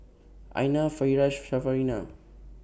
Aina Firash